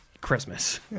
Christmas